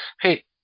hey